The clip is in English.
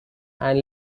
and